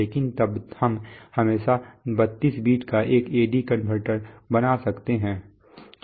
लेकिन तब हम हमेशा 32 बीट का एक AD कनवर्टर बना सकते हैं